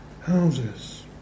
houses